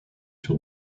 sur